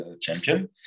champion